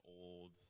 old